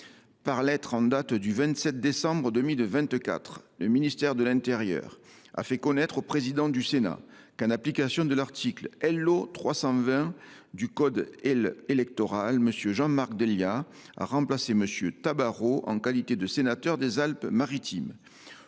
Par lettre en date du 27 décembre 2024, le ministère de l’intérieur a fait connaître au président du Sénat qu’en application de l’article L.O. 320 du code électoral, M. Jean Marc Delia a remplacé M. Philippe Tabarot en qualité de sénateur des Alpes Maritimes.